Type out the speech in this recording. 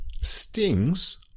Stings